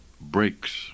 breaks